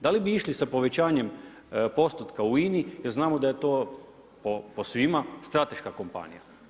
Da li bi išli sa povećanjem postotka u INA-i jer znamo da je to po svima strateška kompanija?